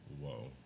whoa